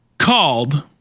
called